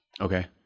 Okay